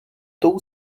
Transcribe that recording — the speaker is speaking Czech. tou